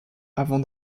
avant